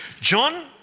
John